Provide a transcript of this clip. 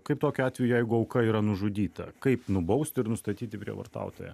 kaip tokiu atveju jeigu auka yra nužudyta kaip nubausti ir nustatyti prievartautoją